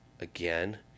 again